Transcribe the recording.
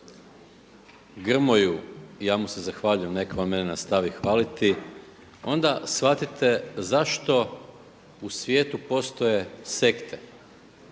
Grmoju, ja mu se zahvaljujem nek' on mene nastavi hvaliti onda shvatite zašto u svijetu postoje sekte.